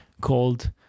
called